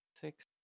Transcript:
Six